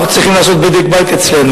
אנחנו צריכים לעשות בדק-בית אצלנו.